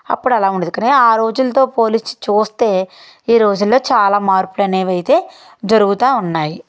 అప్పుడలా ఉండేది కానీ ఆ రోజులతో పోలిచి చూస్తే ఈరోజుల్లో చాలా మార్పులనేవి అయితే జరుగుతూ ఉన్నాయి